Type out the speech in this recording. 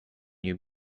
you